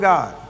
God